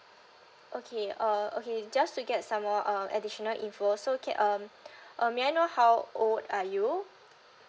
okay uh okay just to get some more uh additional info so ca~ um um may I know how old are you